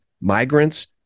migrants